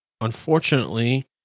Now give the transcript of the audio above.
unfortunately